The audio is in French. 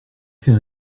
fait